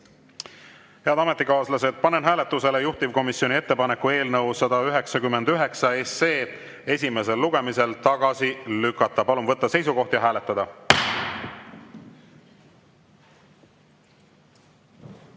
Head ametikaaslased, panen hääletusele juhtivkomisjoni ettepaneku eelnõu 253 esimesel lugemisel tagasi lükata. Palun võtta seisukoht ja hääletada!